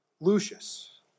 Lucius